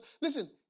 Listen